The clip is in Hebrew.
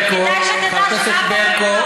חברת הכנסת ברקו.